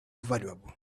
valuable